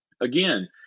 again